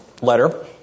letter